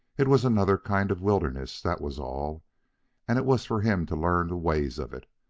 it was another kind of wilderness, that was all and it was for him to learn the ways of it,